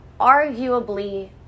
arguably